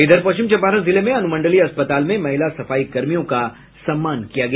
इधर पश्चिम चंपारण जिले में अनुमंडलीय अस्पताल में महिला सफाई कर्मियों का सम्मान किया गया